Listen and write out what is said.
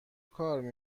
کاری